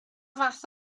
fath